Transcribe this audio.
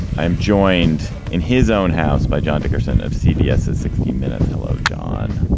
i am joined in his own house by john dickerson of cbs sixty minutes. hello, john.